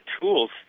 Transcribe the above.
tools